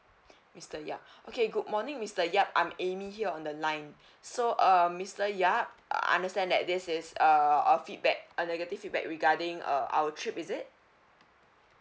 mister yap okay good morning mister yap I'm amy here on the line so uh mister yap understand that this is uh a feedback a negative feedback regarding uh our trip is it